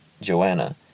Joanna